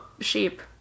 sheep